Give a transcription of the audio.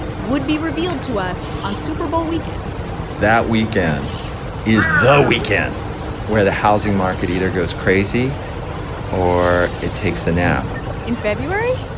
would be revealed to us on super bowl weekend that weekend is the weekend where the housing market either goes crazy or it takes a nap in february?